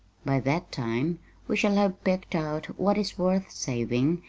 by that time we shall have picked out what is worth saving,